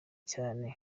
cyane